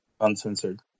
uncensored